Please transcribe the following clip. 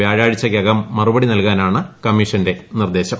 വ്യാഴാഴ്ചയ്ക്കകം മറുപടി നൽകാനാണ് കമ്മിഷന്റെ നിർദ്ദേശം